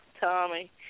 Tommy